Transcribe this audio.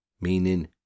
Meaning